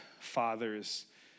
fathers